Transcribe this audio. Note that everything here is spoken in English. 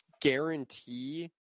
guarantee